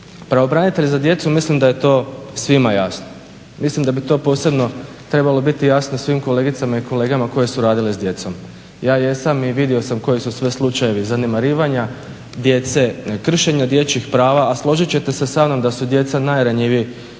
Pravobranitelj za djecu mislim da je to svima jasno, mislim da bi to posebno trebalo biti jasno svim kolegicama i kolegama koji su radili s djecom. Ja jesam i vidio sam koji su sve slučajevi zanemarivanja djece, kršenja dječjih prava, a složit ćete se sa mnom da su djeca najranjiviji